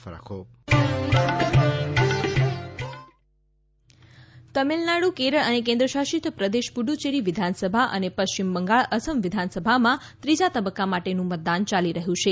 new corona ટ્યૂન વિધાનસભા ચૂંટણી તમિલનાડુ કેરળ અને કેન્દ્રશાસિત પ્રદેશ પુડ્ડયેરી વિધાનસભા અને પશ્ચિમ બંગાળ અસમ વિધાનસભામાં ત્રીજા તબક્કા માટેનું મતદાન ચાલી રહ્યું છે